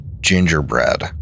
gingerbread